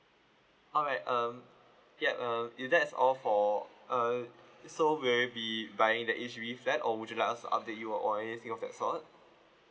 alright um yeah if that's all for uh so will you be buying that H_D_B flat or would you like us update you or anything of that sort